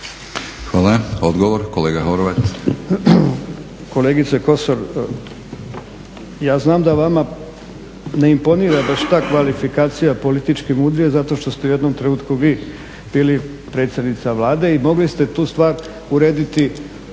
Hvala. Odgovor, kolega Horvat.